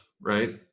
right